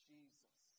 Jesus